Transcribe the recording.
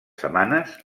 setmanes